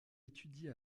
étudie